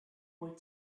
were